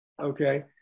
okay